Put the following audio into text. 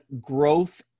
growth